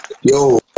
Yo